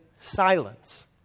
silence